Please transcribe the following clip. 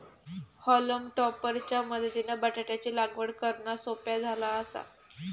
हॉलम टॉपर च्या मदतीनं बटाटयाची लागवड करना सोप्या झाला आसा